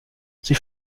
sie